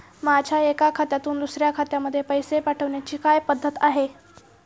माझ्या एका खात्यातून दुसऱ्या खात्यामध्ये पैसे पाठवण्याची काय पद्धत आहे?